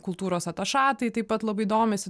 kultūros atašatai taip pat labai domisi